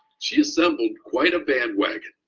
she assembled quite a band wagon.